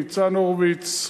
ניצן הורוביץ,